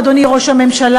אדוני ראש הממשלה,